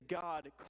God